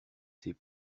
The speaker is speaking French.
ses